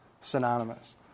synonymous